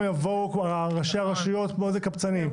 יבואו ראשי הרשויות כמו איזה קבצנים,